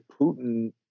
Putin